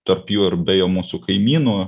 tarp jų ir beje mūsų kaimynų